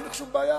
אין שום בעיה.